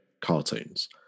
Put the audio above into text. cartoons